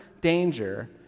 danger